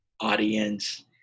audience